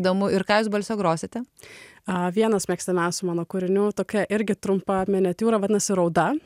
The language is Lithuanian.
įdomu ir ką jūs balse grosite a vienas mėgstamiausių mano kūrinių tokia irgi trumpam miniatiūra vadinasi rauda